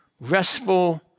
restful